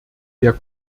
der